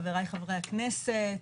חברי חברי הכנסת,